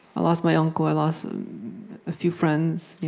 i lost my uncle i lost a few friends.